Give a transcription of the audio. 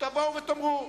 תבואו ותאמרו.